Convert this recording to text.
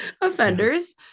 offenders